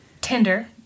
Tinder